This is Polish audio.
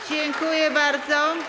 Dziękuję bardzo.